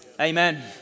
Amen